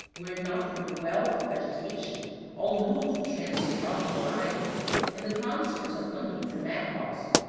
were it not for the wealth of vegetation all new to trans-tropical eyes and the concerts of monkeys and macaws,